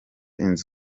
inzu